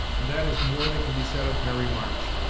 and that is more than can be said of harry march.